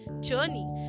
journey